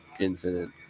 Incident